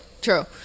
true